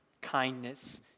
kindness